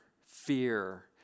fear